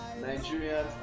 Nigerians